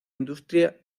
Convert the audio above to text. industria